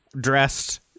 dressed